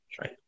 right